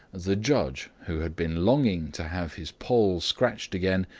the judge, who had been longing to have his poll scratched again,